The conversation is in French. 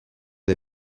des